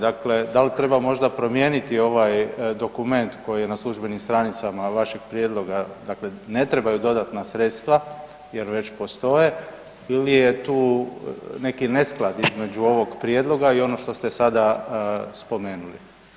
Dakle, da li treba možda promijeniti ovaj dokument koji je na službenim stranicama vašeg prijedloga dakle ne trebaju dodatna sredstva jer već postoje ili je tu neki nesklad između ovoga prijedloga i onog što ste sada spomenuli.